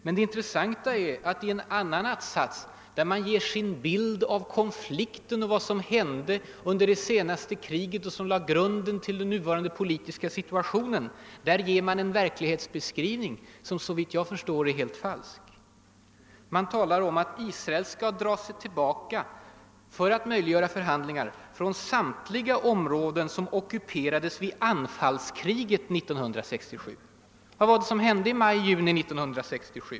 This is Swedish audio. Men det intressanta är att i en annan att-sats, där man ger sin bild av konflikten och vad som hände under det senaste kriget som lade grunden till den nuvarande politiska situationen, ser man en verklighetsbeskrivning som är helt falsk. Man talar om att Israel för att möjliggöra förhandlingar skall dra sig tillbaka »från samtliga områden som ockuperades vid anfallskriget 1967». Vad var det som hände i maj---juni 1967?